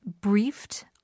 briefed